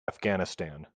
afghanistan